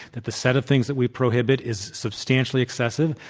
that the set of things that we prohibit is substantially excessive,